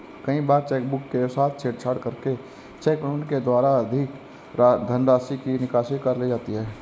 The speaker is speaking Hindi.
कई बार चेकबुक के साथ छेड़छाड़ करके चेक पेमेंट के द्वारा अधिक धनराशि की निकासी कर ली जाती है